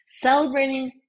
celebrating